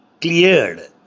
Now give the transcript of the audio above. cleared